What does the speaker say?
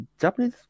Japanese